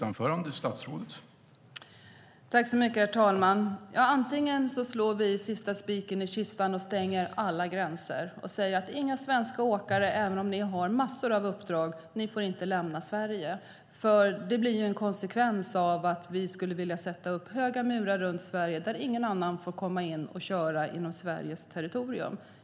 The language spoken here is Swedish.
Herr talman! Vi kan slå sista spiken i kistan genom att stänga alla gränser och säga att inga svenska åkare, även om de har massor av uppdrag, får lämna Sverige. Det blir konsekvensen om vi sätter upp höga murar runt Sverige där ingen annan får komma in och köra inom Sveriges territorium.